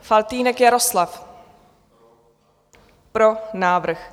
Faltýnek Jaroslav: Pro návrh.